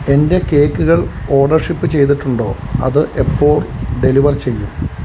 എന്റെ കേക്കുകൾ order ship ചെയ്തിട്ടുണ്ടോ അത് എപ്പോൾ ഡെലിവർ ചെയ്യും